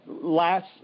last